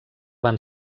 van